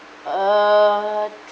err